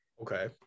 Okay